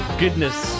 goodness